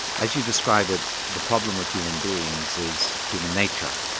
as you describe it, the problem with human beings is human nature,